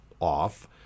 off